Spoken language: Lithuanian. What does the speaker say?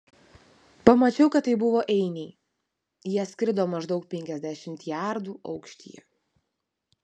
pamačiau kad tai buvo einiai jie skrido maždaug penkiasdešimt jardų aukštyje